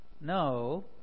No